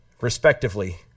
respectively